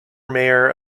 mayor